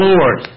Lord